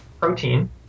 protein